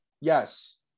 Yes